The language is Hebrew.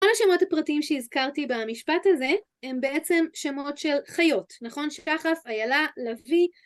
כל השמות הפרטיים שהזכרתי במשפט הזה הם בעצם שמות של חיות, נכון? שחף, איילה, לביא...